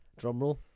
Drumroll